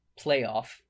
playoff